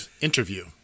interview